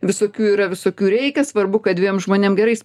visokių yra visokių reikia svarbu kad dviem žmonėm gerai jis